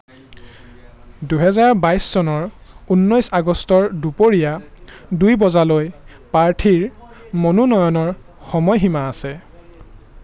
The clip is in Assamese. দুহেজাৰ বাইছ চনৰ ঊনৈছ আগষ্টৰ দুপৰীয়া দুই বজালৈ প্ৰাৰ্থীৰ মনোনয়নৰ সময়সীমা আছে